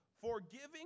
forgiving